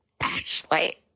Ashley